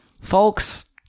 Folks